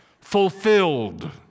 fulfilled